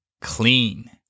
clean